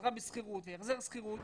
עזרה בשכירות והחזר דמי שכירות.